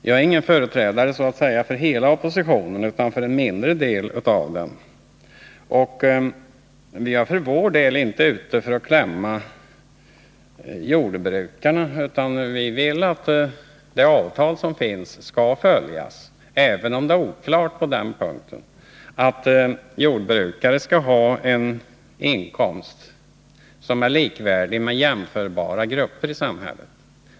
Jag är inte företrädare för hela oppositionen utan för en mindre del av denna, och vi är för vår del inte ute efter att klämma åt jordbrukarna. Vi vill att det avtal som finns skall följas. Jordbrukarna skall ha en inkomst som är likvärdig med jämförbara grupper i samhället.